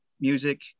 music